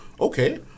Okay